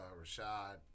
Rashad